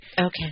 Okay